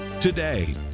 Today